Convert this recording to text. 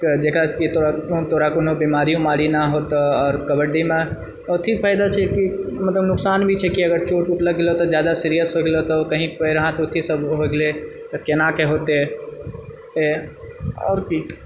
जेकरासँ कि तोरा कोनो बीमारी विमारी नहि होतौ आओर कबड्डीमे ओथि फायदा छैकि मतलब नुकसान भी छै कि अगर चोट वूट लागि गेलौह तऽ जादा सीरियस होगलो तऽ कहिं पैर हाथ अथि सब हो गेले तऽ केनाके होते आओर की